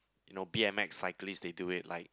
you know B_M_X cyclists they do it like